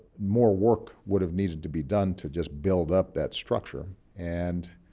more work would have needed to be done to just build up that structure and,